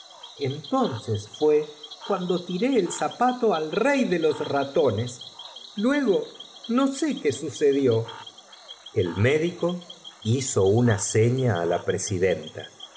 entonces fué cuando tiró ol zapato al rey de los ratones luego no sé qué sucedió el médico hizo una seña á la presidenta